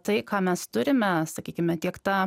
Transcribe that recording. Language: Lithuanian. tai ką mes turime sakykime tiek tą